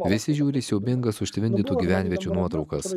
visi žiūri į siaubingas užtvindytų gyvenviečių nuotraukas